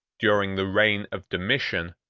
during the reign of domitian,